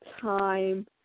time